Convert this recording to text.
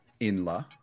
Inla